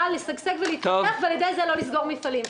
לשגשג ולהתפתח ועל ידי זה לא לסגור מפעלים.